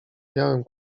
biały